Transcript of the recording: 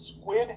squid